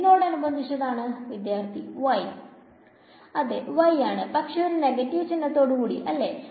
എന്തിനോട് അനുബന്ധിച്ചാണ് അതെ y ആണ് പക്ഷെ ഒരു നെഗറ്റിവ് ചിന്നത്തോട് കൂടി അല്ലെ